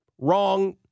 Wrong